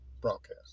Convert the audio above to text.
broadcast